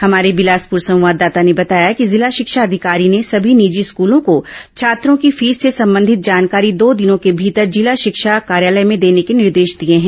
हमारे बिलासपुर संवाददाता ने बताया कि जिला शिक्षा अधिकारी ने सभी निजी स्कूलों को छात्रों की फीस से संबंधित जानकारी दो दिनों के भीतर जिला शिक्षा कार्यालय में देने के निर्देश दिए हैं